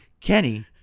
Kenny